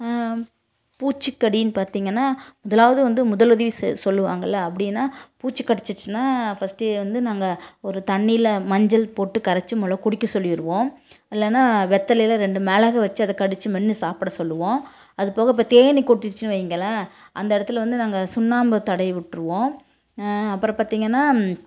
பூச்சி கடின்னு பார்த்திங்கனா முதலாவது வந்து முதலுதவி சொல்லுவாங்களே அப்படினா பூச்சி கடிச்சிச்சின்னா ஃபர்ஸ்டு வந்து நாங்கள் ஒரு தண்ணியில மஞ்சள் போட்டு கரைச்சி முதல குடிக்க சொல்லிருவோம் இல்லைனா வெத்தலையில் ரெண்டு மிளகு வச்சு அதை கடிச்சு மென்னு சாப்பிட சொல்லுவோம் அதுபோக இப்போ தேனீ கொட்டிருச்சின்னு வைங்களன் அந்தடத்துல வந்து நாங்கள் சுண்ணாம்பை தடவி விட்ருவோம் அப்புறோம் பார்த்திங்கனா